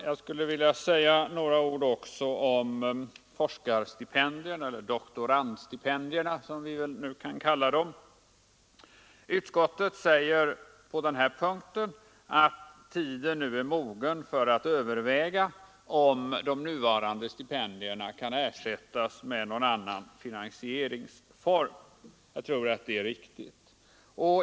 Jag skulle vilja säga några ord också om forskarstipendierna — eller doktorandstipendierna, som vi väl nu kan kalla dem. Utskottet säger på den här punkten att tiden nu är mogen för att överväga om de nuvarande stipendierna kan ersättas med någon annan finansieringsform, och jag tror att det är riktigt.